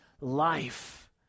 life